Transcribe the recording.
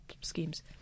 schemes